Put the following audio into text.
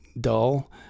dull